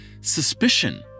suspicion